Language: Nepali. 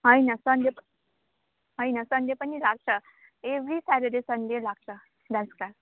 होइन सन्डे होइन सन्डे पनि लाग्छ एभ्री स्याटरडे सन्डे लाग्छ डान्स क्लास